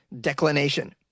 declination